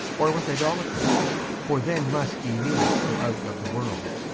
or with idolaters for then must ye needs go out of the world.